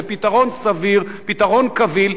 זה פתרון סביר, פתרון קביל.